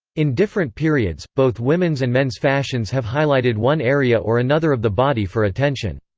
in different periods, both women's and men's fashions have highlighted one area or another of the body for attention.